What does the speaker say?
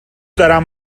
دارم